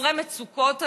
חסרי מצוקות אנחנו?